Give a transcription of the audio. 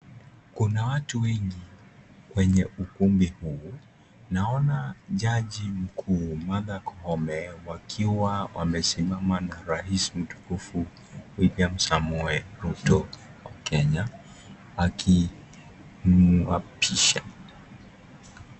Kuna watu wengi kwenye ukumbi huu naona jaji mkuu Martha Koome wakiwa wamesimama na rais mtukufu William Samoei Ruto wa kenya akimapisha.